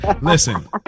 Listen